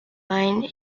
mine